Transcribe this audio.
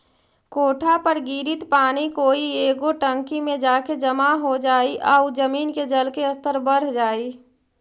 कोठा पर गिरित पानी कोई एगो टंकी में जाके जमा हो जाई आउ जमीन के जल के स्तर बढ़ जाई